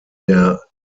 der